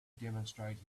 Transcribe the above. demonstrate